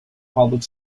public